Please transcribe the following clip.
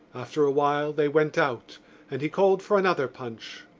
after a while they went out and he called for another punch.